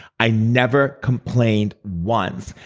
i never complained once,